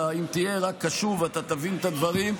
אם רק תהיה קשוב אתה תבין את הדברים,